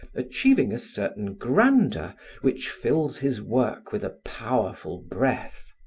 achieving a certain grandeur which fills his work with a powerful breath.